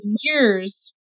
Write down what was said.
years